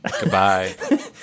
Goodbye